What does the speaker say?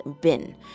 bin